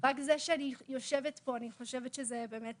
רק זה שאני יושבת פה אני חושבת שזה באמת